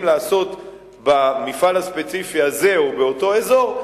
לעשות במפעל הספציפי הזה או באותו אזור,